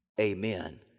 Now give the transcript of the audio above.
amen